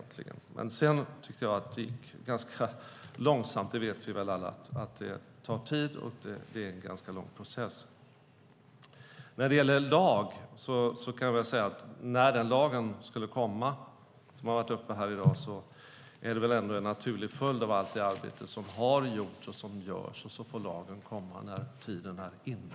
Men sedan tyckte jag att det gick ganska långsamt. Vi vet alla att det tar tid och att det är en ganska lång process. Den lag som har tagits upp här i dag är väl ändå en naturlig följd av allt det arbete som har gjorts och som görs. Sedan får lagen komma när tiden är inne.